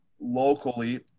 locally